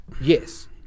Yes